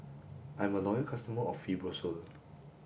I'm a loyal customer of Fibrosol